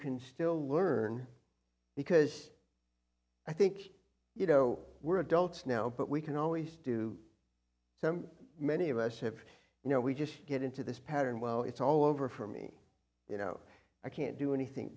can still learn because i think you know we're adults now but we can always do so many of us have you know we just get into this pattern well it's all over for me you know i can't do anything